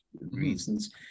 reasons